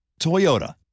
Toyota